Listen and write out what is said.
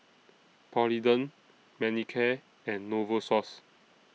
Polident Manicare and Novosource